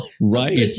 Right